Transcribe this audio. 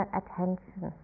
attention